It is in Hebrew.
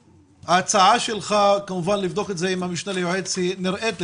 ההצעה שלך לבדוק את זה עם המשנה ליועץ נראית לי,